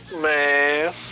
Man